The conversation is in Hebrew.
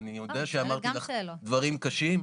אני יודע שאמרתי לך דברים קשים,